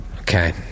Okay